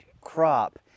crop